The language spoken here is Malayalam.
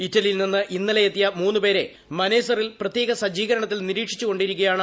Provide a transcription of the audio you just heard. ഇറ്റലിയിൽ നിന്ന് ഇന്നലെയെത്തിയ ദ പേരെ മനേസറിൽ പ്രത്യേക സജ്ജീകരണത്തിൽ നിരീക്ഷിച്ചുകൊണ്ടിരിക്കുകയാണ്